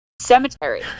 cemetery